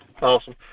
Awesome